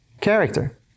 character